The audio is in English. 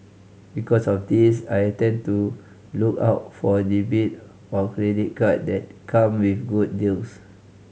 because of this I tend to look out for debit or credit card that come with good deals